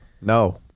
No